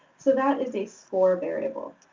so, that is a score variable.